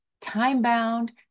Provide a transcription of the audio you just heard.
time-bound